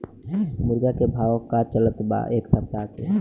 मुर्गा के भाव का चलत बा एक सप्ताह से?